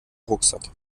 rucksack